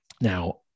Now